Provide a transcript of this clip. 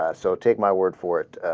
ah so take my word for it